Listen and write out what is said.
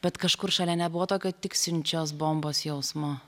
bet kažkur šalia nebuvo tokio tiksinčios bombos jausmo